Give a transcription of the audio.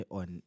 on